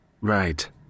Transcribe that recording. right